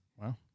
Wow